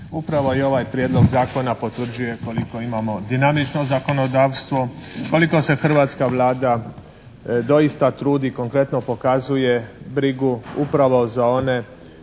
Upravo i ovaj Prijedlog zakona potvrđuje koliko imamo dinamično zakonodavstvo, koliko se hrvatska Vlada doista trudi, konkretno pokazuje brigu upravo za one